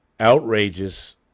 outrageous